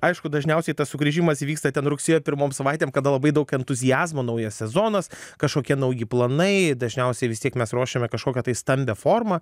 aišku dažniausiai tas sugrįžimas įvyksta ten rugsėjo pirmom savaitėm kada labai daug entuziazmo naujas sezonas kažkokie nauji planai dažniausiai vis tiek mes ruošiame kažkokią tai stambią formą